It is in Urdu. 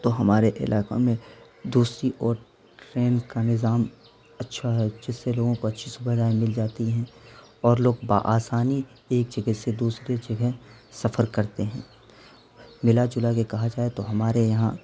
تو ہمارے علاقہ میں دوسری اور ٹرین کا نظام اچھا ہے جس سے لوگوں کو اچھی سویدھائیں مل جاتی ہیں اور بآسانی ایک جگہ سے دوسرے جگہ سفر کرتے ہیں ملا جلا کے کہا جائے تو ہمارے یہاں